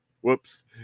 Whoops